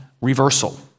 reversal